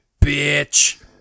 Bitch